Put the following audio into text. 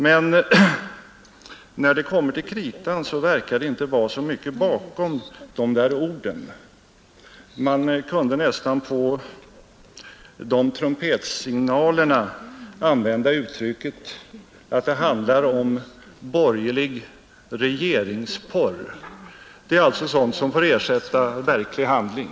Men när det kommer till kritan verkar det inte vara så mycket bakom dessa ord. Man kunde nästan om dessa trumpetsignaler använda uttrycket, att det handlar om borgerlig regeringsporr — det är alltså sådant som får ersätta verklig handling!